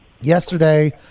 Yesterday